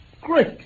Great